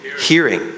Hearing